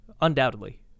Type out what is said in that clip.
undoubtedly